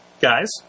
Guys